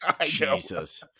Jesus